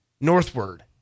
northward